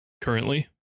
Currently